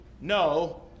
no